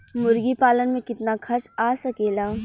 मुर्गी पालन में कितना खर्च आ सकेला?